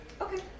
Okay